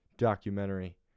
documentary